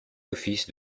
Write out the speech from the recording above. office